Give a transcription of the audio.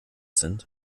sind